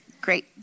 great